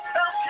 Help